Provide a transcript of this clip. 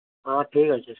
ହଁ ଠିକ୍ ଅଛି